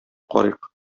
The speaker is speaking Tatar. карыйк